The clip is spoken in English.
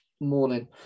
morning